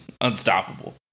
unstoppable